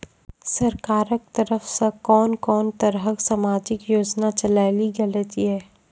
सरकारक तरफ सॅ कून कून तरहक समाजिक योजना चलेली गेलै ये?